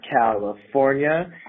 California